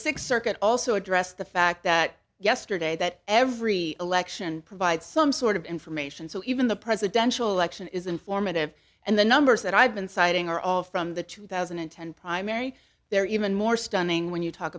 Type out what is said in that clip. sixth circuit also addressed the fact that yesterday that every election provides some sort of information so even the presidential election is informative and the numbers that i've been citing are all from the two thousand and ten primary they're even more stunning when you talk